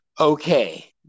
Okay